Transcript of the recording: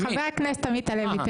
חבר הכנסת עמית הלוי,